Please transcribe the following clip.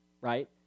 right